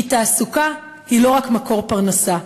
כי תעסוקה היא לא רק מקור פרנסה,